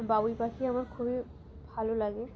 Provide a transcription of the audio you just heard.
বাবুই পাখি আমার খুবই ভালো লাগে